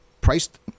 priced